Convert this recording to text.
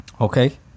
okay